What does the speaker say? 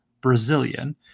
Brazilian